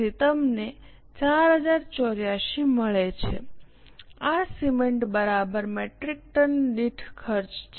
તેથી તમને 4૦84 મળે છે આ સિમેન્ટ બરાબર મેટ્રિક ટન દીઠ ખર્ચ છે